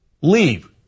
Leave